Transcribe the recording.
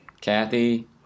Kathy